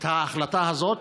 את ההחלטה הזאת,